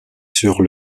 sur